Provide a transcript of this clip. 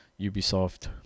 Ubisoft